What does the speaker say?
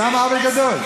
זה סתם עוול גדול.